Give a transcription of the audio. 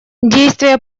действия